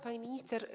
Pani Minister!